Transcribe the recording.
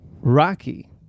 Rocky